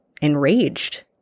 enraged